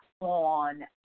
on